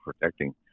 protecting